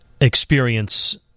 experience